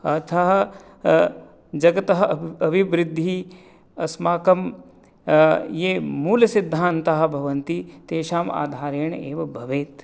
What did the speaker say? अतः जगतः अव् अभिवृद्धिः अस्माकं ये मूलसिद्धान्तः भवन्ति तेषाम् आधारेण एव भवेत्